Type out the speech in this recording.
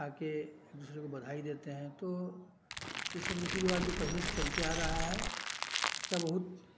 खाके एक दूसरे को बधाई देते हैं तो ये सब रीति रिवाज जो पहले से चलते आ रहा है उसका बहुत